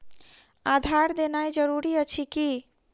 आधार देनाय जरूरी अछि की?